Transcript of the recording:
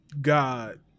God